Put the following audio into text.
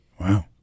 Wow